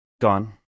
gone